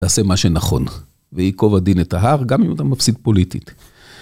תעשה מה שנכון, וייקוב הדין את ההר, גם אם אתה מפסיד פוליטית.